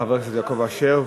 חבר הכנסת יעקב אשר,